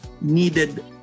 needed